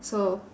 so